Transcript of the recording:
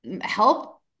help